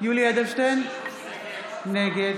יולי יואל אדלשטיין, נגד